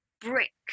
brick